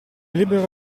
libero